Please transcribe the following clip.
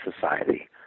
society